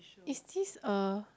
is this a